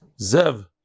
Zev